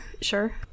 sure